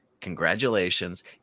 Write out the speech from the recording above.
Congratulations